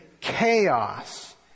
chaos